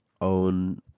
own